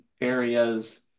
areas